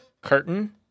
curtain